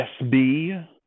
SB